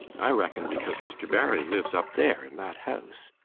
i reckon because mr. barry lives up there in that house.